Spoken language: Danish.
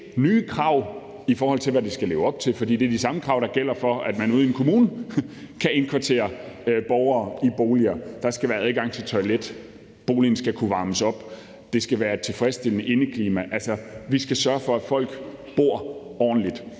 nye krav, i forhold til hvad de skal leve op til. For det er de samme krav, der gælder, når man ude i en kommune kan indkvartere borgere i boliger, nemlig at der skal være adgang til toilet, at boligen skal kunne varmes op, og at det skal være et tilfredsstillende indeklima, altså at man skal sørge for, at folk bor ordentligt,